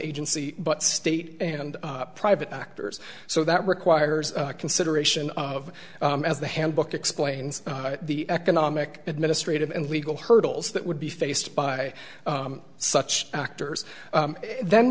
agency but state and private actors so that requires consideration of as the handbook explains the economic administrative and legal hurdles that would be faced by such actors then